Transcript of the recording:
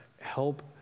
help